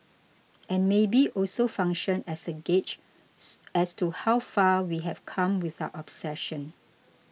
and maybe also function as a gauge as to how far we have come with our obsession